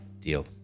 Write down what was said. deal